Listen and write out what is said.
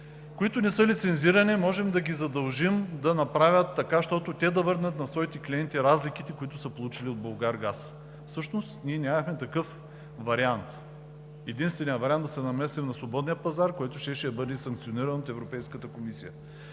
които не са лицензирани, можем да ги задължим да направят така, че те да върнат на своите клиенти разликите, които са получили от Булгаргаз. Всъщност ние нямахме такъв вариант. Единственият вариант – да се намесим на свободния пазар, щеше да бъде санкциониран от Европейската комисия.